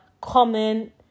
comment